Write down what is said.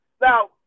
Now